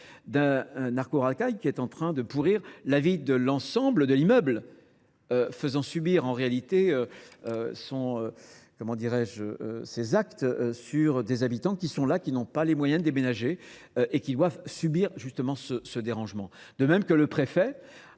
d'un arco archaïque qui est en train de pourrir la vie de l'ensemble de l'immeuble, faisant subir en réalité ses actes sur des habitants qui sont là, qui n'ont pas les moyens de déménager et qui doivent subir justement ce dérangement. De même que le préfet